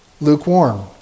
lukewarm